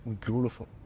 Beautiful